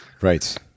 Right